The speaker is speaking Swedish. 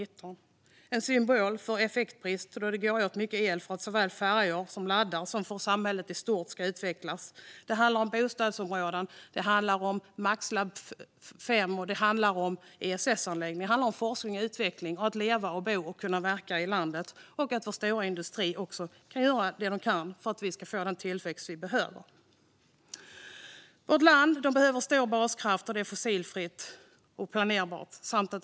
Detta är en symbol för effektbrist, då det går åt mycket el såväl för att ladda färjor som för att samhället i stort ska utvecklas. Det handlar om bostadsområden, om MAX IV-laboratoriet och om ESS-anläggningen. Det handlar om forskning och utveckling och om att leva, bo och kunna verka i landet. Det handlar också om att vår stora industri kan göra det man kan för att vi ska få den tillväxt vi behöver. Vårt land behöver en stor baskraft som är fossilfri och planerbar.